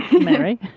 Mary